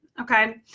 okay